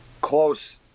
close